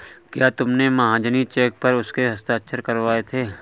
क्या तुमने महाजनी चेक पर उसके हस्ताक्षर करवाए थे?